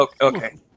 Okay